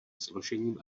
složením